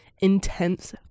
intense